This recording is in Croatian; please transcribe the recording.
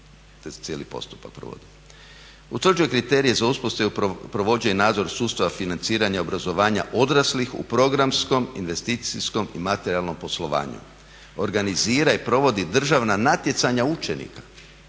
Utvrđuje kriterije za uspostavu i provođenje nadzora sustava financiranja i obrazovanja odraslih u programskom, investicijskom i materijalnom poslovanju, organizira i provodi državna natjecanja učenika